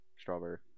Strawberry